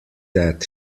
that